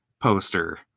poster